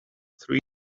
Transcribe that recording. three